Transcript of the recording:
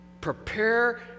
prepare